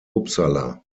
uppsala